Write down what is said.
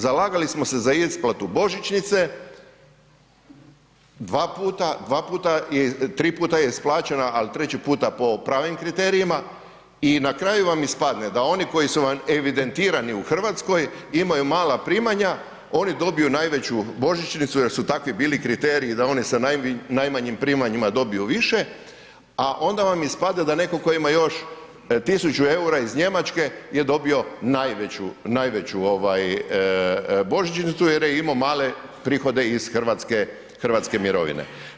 Zalagali smo se za isplatu božićnice dva puta, tri puta je isplaćena, ali treći puta po pravim kriterijima i na kraju vam ispadne da oni koji su vam evidentirani u Hrvatskoj imaju mala primanja oni dobiju najveću božićnicu jer su takvi bili kriteriji da oni sa najmanjim primanjima dobiju više, a onda vam ispada da netko tko ima još tisuću eura iz Njemačku je dobio najveću božićnicu jer je imao male prihode iz hrvatske mirovine.